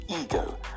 ego